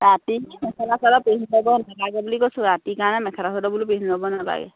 ৰাতি মেখেলা চাদৰ পিন্ধি যাব নালাগে বুলি কৈছোঁ ৰাতি কাৰণে বোলো মেখেলা চাদৰ পিন্ধি যাব নালাগে